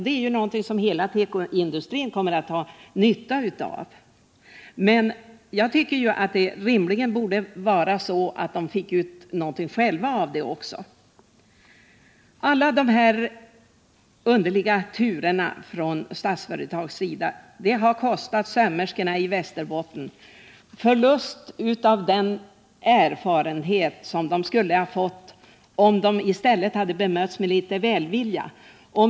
Det är ju något som hela tekoindustrin kommer att ha nytta av. Men samtidigt tycker jag att de rimligen borde få ut något själva av det också. Alla dessa underliga turer från Statsföretags sida har kostat sömmerskorna i Västerbotten förlust av den erfarenhet som de skulle ha fått om de i stället bemötts med litet välvilja.